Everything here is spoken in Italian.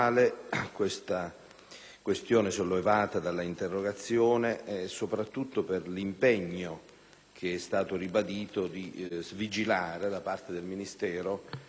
questioni sollevate nell'interrogazione e soprattutto per l'impegno, che è stato ribadito, di vigilanza da parte del Ministero su quest'opera.